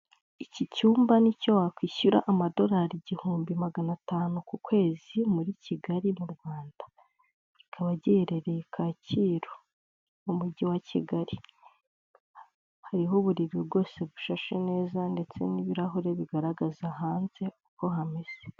Iki cyumba nicyo wakwishyura amadorari igihumbi magana atanu ku kwezi muri Kigali mu Rwanda, kikaba giherereye ka cyiru n'umugi wa Kigali, hariho uburiri rwose bushashe neza ndetse n'ibirahure bigaragaza hanze uko hameze.